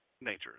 nature